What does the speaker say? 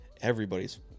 everybody's